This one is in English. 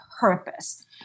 purpose